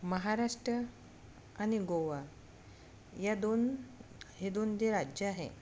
महाराष्ट्र आणि गोवा या दोन हे दोन जे राज्य आहे